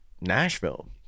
Nashville